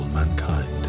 mankind